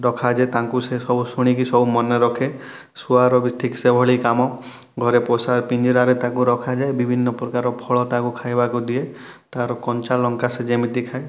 ରଖାଯାଏ ତାଙ୍କୁ ସେ ସବୁ ଶୁଣିକି ସବୁ ମନେ ରଖେ ଶୁଆର ବି ଠିକ୍ ସେଭଳି କାମ ଘରେ ପୋଷା ପିଞ୍ଜରାରେ ତାକୁ ରଖାଯାଏ ବିଭିନ୍ନ ପ୍ରକାର ଫଳ ତାକୁ ଖାଇବାକୁ ଦିଏ ତାର କଞ୍ଚାଲଙ୍କା ସେ ଯେମିତି ଖାଏ